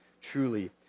Truly